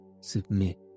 submit